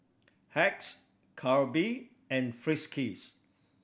Hacks Calbee and Friskies